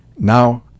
Now